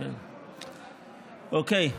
אוקיי.